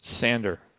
Sander